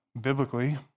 biblically